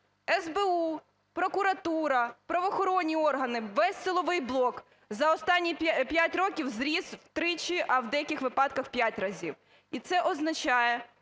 СБУ, прокуратура, правоохоронні органи, весь силовий блок за останні 5 років зріс втричі, а в деяких випадках у п'ять разів. І це означає,